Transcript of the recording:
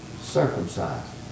circumcised